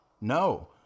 No